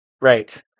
right